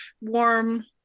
warm